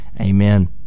Amen